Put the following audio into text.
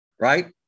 Right